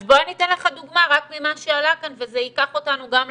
אז בוא אני אתן לך דוגמה רק ממה שעלה כאן וזה ייקח אותנו גם לסיכום.